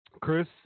Chris